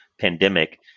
pandemic